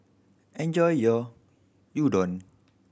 enjoy your Udon